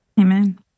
Amen